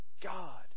God